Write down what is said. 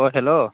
अह हेल'